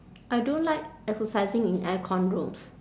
I don't like exercising in aircon rooms